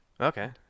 Okay